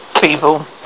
people